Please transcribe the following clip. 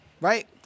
right